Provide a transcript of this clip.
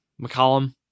McCollum